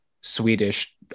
swedish